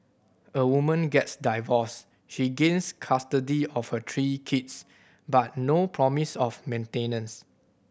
a woman gets divorced she gains custody of her three kids but no promise of maintenance